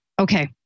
Okay